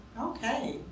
Okay